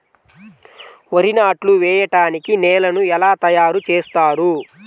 వరి నాట్లు వేయటానికి నేలను ఎలా తయారు చేస్తారు?